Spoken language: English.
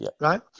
right